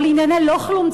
או לענייני לא-כלום,